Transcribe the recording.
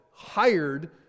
hired